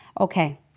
Okay